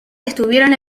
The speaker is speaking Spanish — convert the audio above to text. estuvieron